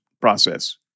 process